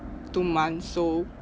two months so